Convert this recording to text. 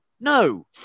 no